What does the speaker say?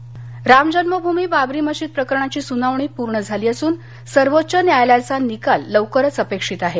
अयोध्या रामजन्मभूमी बाबरी मशीद प्रकरणाची सुनावणी पूर्ण झाली असून सर्वोच्च न्यायालयाचा निकाल लवकरच अपेक्षित आहे